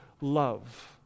love